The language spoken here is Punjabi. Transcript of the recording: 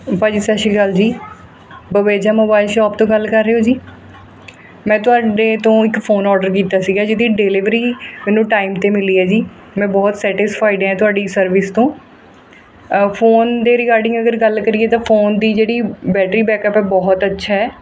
ਭਾਅ ਜੀ ਸਤਿ ਸ਼੍ਰੀ ਅਕਾਲ ਜੀ ਬਵੇਜਾ ਮੋਬਾਇਲ ਸ਼ੋਪ ਤੋਂ ਗੱਲ ਕਰ ਰਹੇ ਹੋ ਜੀ ਮੈਂ ਤੁਹਾਡੇ ਤੋਂ ਇੱਕ ਫੋਨ ਔਡਰ ਕੀਤਾ ਸੀਗਾ ਜਿਹਦੀ ਡਿਲੀਵਰੀ ਮੈਨੂੰ ਟਾਈਮ 'ਤੇ ਮਿਲੀ ਹੈ ਜੀ ਮੈਂ ਬਹੁਤ ਸੈਟਿਸਫਾਈਡ ਹਾਂ ਤੁਹਾਡੀ ਸਰਵਿਸ ਤੋਂ ਫੋਨ ਦੇ ਰਿਗਾਰਡਿੰਗ ਅਗਰ ਗੱਲ ਕਰੀਏ ਤਾਂ ਫੋਨ ਦੀ ਜਿਹੜੀ ਬੈਟਰੀ ਬੈਕਅਪ ਹੈ ਬਹੁਤ ਅੱਛਾ ਹੈ